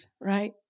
right